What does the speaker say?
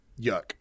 Yuck